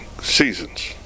seasons